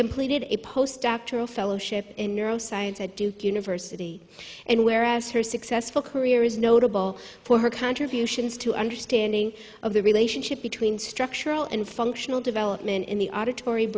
completed a post doctoral fellowship in neuroscience at duke university and where as her successful career is notable for her contributions to understanding of the relationship between structural and functional development in the auditor